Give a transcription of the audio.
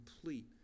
complete